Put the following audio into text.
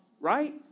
right